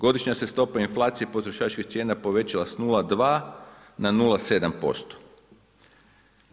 Godišnja se stopa inflacije potrošačkih cijena povećala sa 0,2 na 0,7%